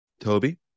Toby